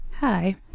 hi